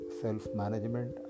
self-management